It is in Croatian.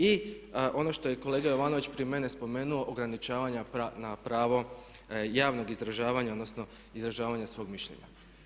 I ono što je kolega Jovanović prije mene spomenuo ograničavanja na pravo javnog izražavanja, odnosno izražavanja svoga mišljenja.